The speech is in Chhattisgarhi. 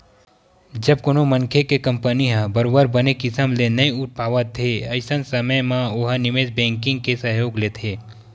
जब कोनो मनखे के कंपनी ह बरोबर बने किसम ले नइ उठ पावत हे अइसन समे म ओहा निवेस बेंकिग के सहयोग लेथे